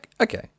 okay